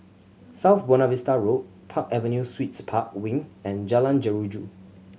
South Buona Vista Road Park Avenue Suites Park Wing and Jalan Jeruju